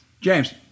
james